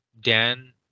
dan